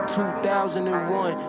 2001